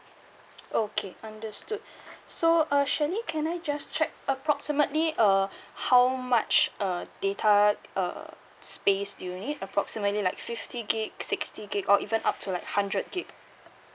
okay understood so uh shirley can I just check approximately uh how much uh data uh space do you need approximately like fifty gig sixty gig or even up to like hundred gig